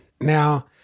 Now